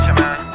man